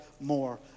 more